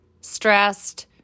stressed